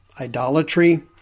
idolatry